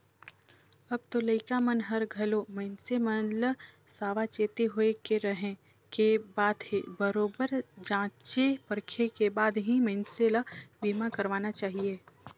अब तो लइका मन हर घलो मइनसे मन ल सावाचेती होय के रहें के बात हे बरोबर जॉचे परखे के बाद ही मइनसे ल बीमा करवाना चाहिये